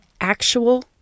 actual